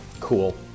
Cool